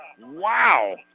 Wow